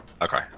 Okay